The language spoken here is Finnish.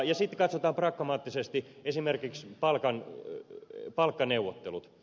sitten katsotaan pragmaattisesti esimerkiksi palkkaneuvottelut